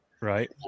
right